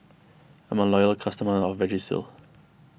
I'm a loyal customer of Vagisil